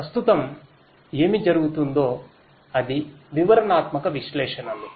ప్రస్తుతం ఏమి జరుగుతుందో అది వివరణాత్మకవిశ్లేషణలు